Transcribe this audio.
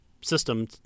system